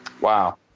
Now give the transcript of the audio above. wow